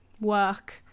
work